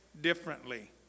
differently